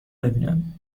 ببینم